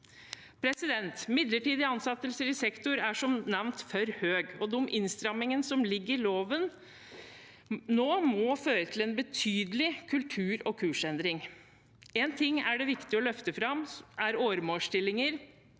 Andelen midlertidige ansettelser i sektoren er som nevnt for høy, og de innstrammingene som ligger i loven nå, må føre til en betydelig kultur- og kursendring. En ting det er viktig å løfte fram, er åremålsstillinger